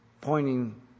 pointing